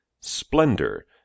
Splendor